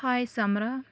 ہاے سمرا